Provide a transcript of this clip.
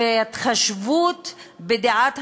וההתחשבות בדעת המיעוט,